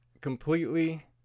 completely